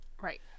Right